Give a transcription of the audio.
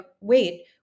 wait